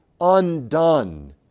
undone